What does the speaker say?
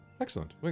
Excellent